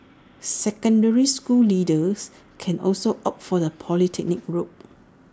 secondary school leavers can also opt for the polytechnic route